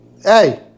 Hey